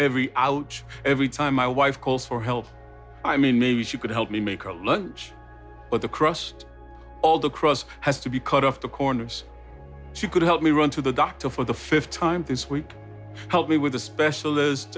every hour every time my wife calls for help i mean maybe she could help me make her lunch but the crust all the cross has to be cut off the corners she could help me run to the doctor for the fifth time this week help me with the specialist